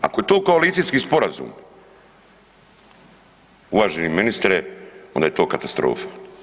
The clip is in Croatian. Ako je to koalicijski sporazum, uvaženi ministre, onda je to katastrofa.